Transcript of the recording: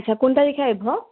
আচ্ছা কোন তাৰিখে আহিব